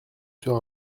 sur